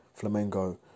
Flamengo